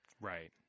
Right